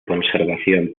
conservación